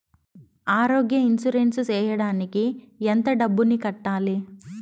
ఆరోగ్య ఇన్సూరెన్సు సేయడానికి ఎంత డబ్బుని కట్టాలి?